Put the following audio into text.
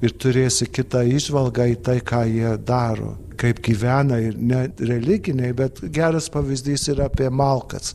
ir turėsi kitą įžvalgą į tai ką jie daro kaip gyvena ir ne religiniai bet geras pavyzdys yra apie malkas